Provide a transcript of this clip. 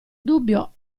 dubbio